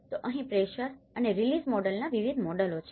તો અહી પ્રેશર અને રીલિઝ મોડેલના વિવિધ મોડેલો છે